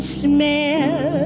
smell